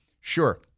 Sure